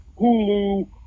Hulu